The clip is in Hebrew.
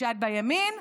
כשאת בימין,